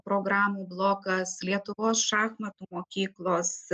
programų blokas lietuvos šachmatų mokyklos